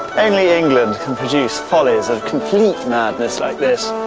only england can produce follies of complete madness like this.